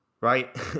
right